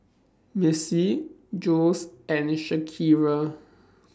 Missie Jules and Shakira